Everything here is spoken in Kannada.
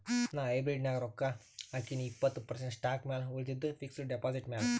ನಾ ಹೈಬ್ರಿಡ್ ನಾಗ್ ರೊಕ್ಕಾ ಹಾಕಿನೀ ಇಪ್ಪತ್ತ್ ಪರ್ಸೆಂಟ್ ಸ್ಟಾಕ್ ಮ್ಯಾಲ ಉಳಿದಿದ್ದು ಫಿಕ್ಸಡ್ ಡೆಪಾಸಿಟ್ ಮ್ಯಾಲ